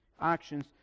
actions